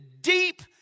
deep